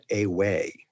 away